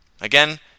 Again